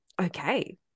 okay